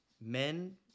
men